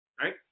right